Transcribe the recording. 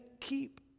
keep